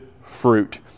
fruit